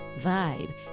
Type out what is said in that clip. vibe